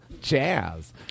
Jazz